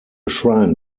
shrine